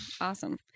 awesome